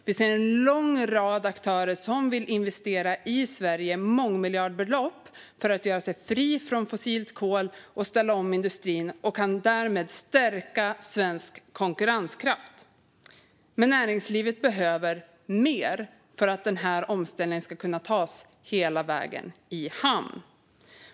Vi ser en lång rad aktörer som vill investera mångmiljardbelopp i Sverige för att göra sig fria från fossilt kol och ställa om industrin och som därmed kan stärka svensk konkurrenskraft. Men näringslivet behöver mer för att omställningen ska kunna tas hela vägen i hamn.